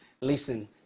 Listen